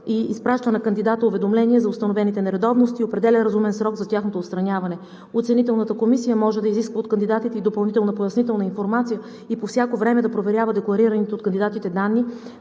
и изпраща на кандидата уведомление за установените нередовности и определя разумен срок за тяхното отстраняване. Оценителната комисия може да изисква от кандидатите и допълнителна пояснителна информация и по всяко време да проверява декларираните от кандидатите данни,